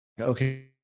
okay